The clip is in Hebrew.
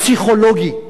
פסיכולוגי.